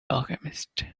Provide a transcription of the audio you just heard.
alchemist